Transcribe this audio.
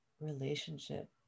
relationship